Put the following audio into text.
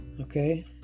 Okay